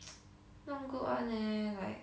tsk not good one leh like